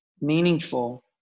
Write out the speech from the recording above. meaningful